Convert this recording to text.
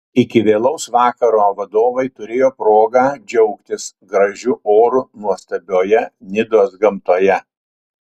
iki vėlaus vakaro vadovai turėjo progą džiaugtis gražiu oru nuostabioje nidos gamtoje